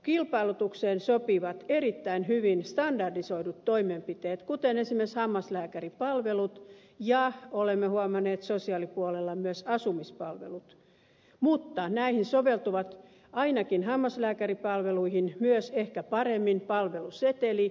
kilpailutukseen sopivat erittäin hyvin standardisoidut toimenpiteet kuten esimerkiksi hammaslääkäripalvelut ja olemme huomanneet sosiaalipuolella myös asumispalvelut mutta ainakin hammaslääkäripalveluihin soveltuu ehkä paremmin palveluseteli